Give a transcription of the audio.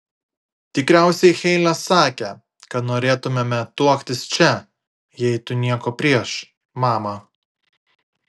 tikriausiai heile sakė kad norėtumėme tuoktis čia jei tu nieko prieš mama